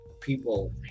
people